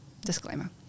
disclaimer